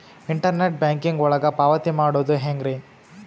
Internet banking ಒಳಗ ಪಾವತಿ ಮಾಡೋದು ಹೆಂಗ್ರಿ?